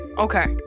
Okay